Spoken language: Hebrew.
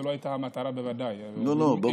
זאת בוודאי לא הייתה המטרה.